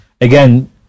Again